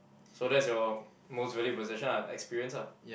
so that's your most valued possession ah experience ah